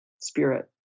spirit